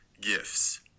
gifts